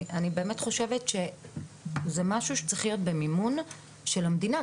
זה משהו שצריך להיות במימון של המדינה.